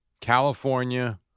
California